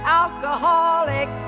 alcoholic